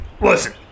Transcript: listen